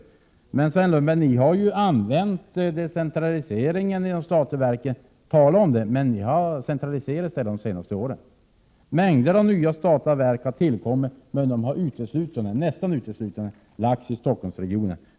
Ni har visserligen talat om en decentralisering av de statliga verken, men ni har under de senaste åren i själva verket centraliserat dessa. Mängder av nya statliga verk har tillkommit, men de har nästan uteslutande 65 Prot. 1987/88:127 förlagts till Stockholmsregionen.